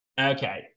Okay